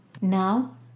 Now